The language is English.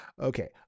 Okay